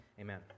Amen